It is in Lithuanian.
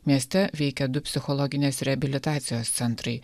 mieste veikia du psichologinės reabilitacijos centrai